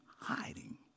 hiding